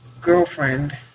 girlfriend